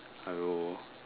I don't know